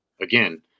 again